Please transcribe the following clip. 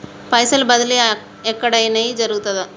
పైసల బదిలీ ఎక్కడయిన జరుగుతదా?